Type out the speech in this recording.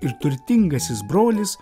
ir turtingasis brolis